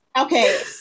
Okay